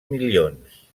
milions